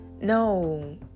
no